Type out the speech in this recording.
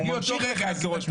והוא ממשיך לכהן כראש ממשלה.